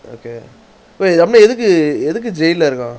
okay yamma எதுக்கு எதுக்கு:ethukku ethukku jail lah இருக்கான்:irukkaan